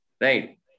right